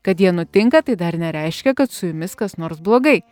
kad jie nutinka tai dar nereiškia kad su jumis kas nors blogai